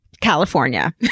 California